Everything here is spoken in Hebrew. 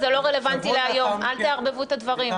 זה לא רלוונטי להיום, אל תערבבו את הדברים.